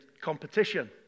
competition